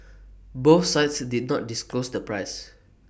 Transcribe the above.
both sides did not disclose the price